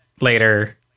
later